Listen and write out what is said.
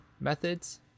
methods